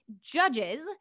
judges